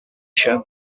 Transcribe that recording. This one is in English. showing